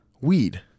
weed